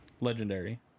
Legendary